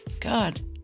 God